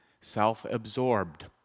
self-absorbed